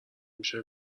میشه